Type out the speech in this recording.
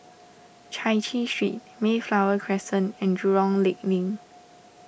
Chai Chee Street Mayflower Crescent and Jurong Lake Link